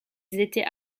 étaient